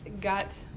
got